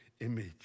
image